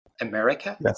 America